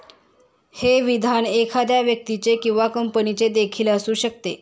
हे विधान एखाद्या व्यक्तीचे किंवा कंपनीचे देखील असू शकते